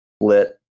lit